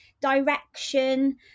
direction